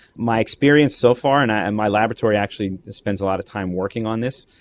my experience so far, and and my laboratory actually spends a lot of time working on this,